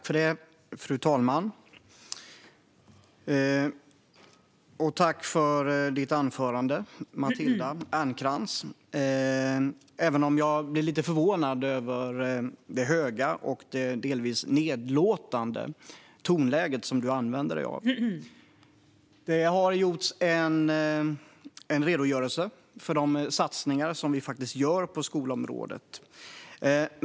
Fru talman! Tack för ditt anförande, Matilda Ernkrans! Men jag blir lite förvånad över det höga och delvis nedlåtande tonläge som du använder dig av. Det har gjorts en redogörelse för de satsningar som vi faktiskt gör på skolområdet.